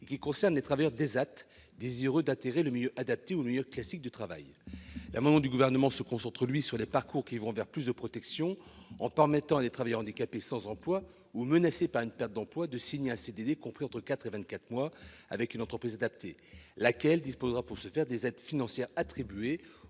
derniers concernant les travailleurs d'ESAT désireux d'intégrer le milieu adapté ou le milieu classique de travail. L'article additionnel que le Gouvernement propose d'introduire concerne les parcours qui vont vers plus de protection, en permettant à des travailleurs handicapés sans emploi ou menacés par une perte d'emploi de signer un CDD de quatre à vingt-quatre mois avec une entreprise adaptée, laquelle disposera pour ce faire des aides financières attribuées